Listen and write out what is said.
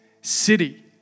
city